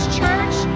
church